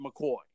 McCoy